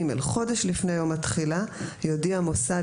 (ג) חודש לפני יום התחילה יודיע מוסד